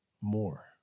more